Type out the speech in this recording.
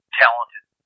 talented